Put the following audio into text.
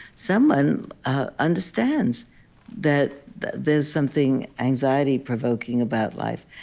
someone ah understands that that there's something anxiety-provoking about life.